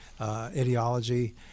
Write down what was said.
ideology